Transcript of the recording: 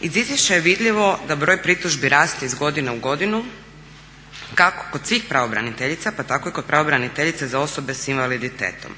Iz izvješća je vidljivo da broj pritužbi raste iz godine u godinu kako kod svih pravobraniteljica pa tako i kod pravobraniteljice za osobe sa invaliditetom.